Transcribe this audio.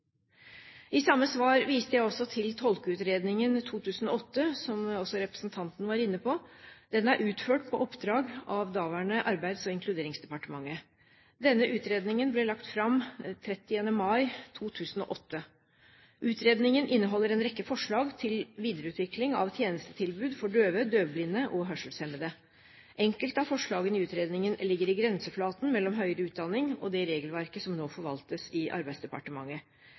I samme svar viste jeg også til Tolkeutredningen 2008, som også representanten var inne på. Den er utført på oppdrag fra det daværende Arbeids- og inkluderingsdepartementet. Utredningen ble lagt fram 30. mai 2008. Utredningen inneholder en rekke forslag til videreutvikling av tjenestetilbud for døve, døvblinde og hørselshemmede. Enkelte av forslagene i utredningen ligger i grenseflaten mellom høyere utdanning og det regelverket som nå forvaltes i Arbeidsdepartementet.